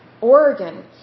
Oregon